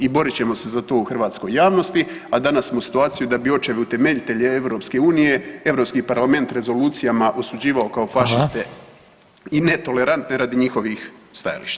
I borit ćemo se za to u hrvatskoj javnosti, a danas smo u situaciji da bi očevi utemeljitelji EU Europski parlament rezolucijama osuđivao kao fašiste i netolerantne radi njihovih stajališta.